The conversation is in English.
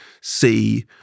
see